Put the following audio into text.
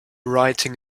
writing